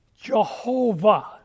Jehovah